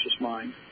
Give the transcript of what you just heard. mind